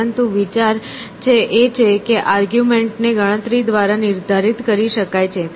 પરંતુ વિચાર એ છે કે આર્ગ્યુમેન્ટ ને ગણતરી દ્વારા નિર્ધારિત કરી શકાય છે